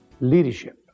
leadership